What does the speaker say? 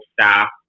staff